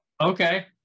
Okay